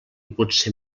potser